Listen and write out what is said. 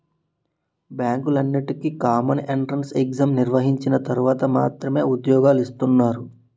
బ్యాంకులన్నింటికీ common entrance exam నిర్వహించిన తర్వాత మాత్రమే ఉద్యోగాలు ఇస్తున్నారు